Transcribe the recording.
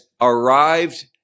arrived